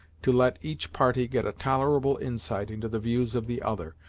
to let each party get a tolerable insight into the views of the other,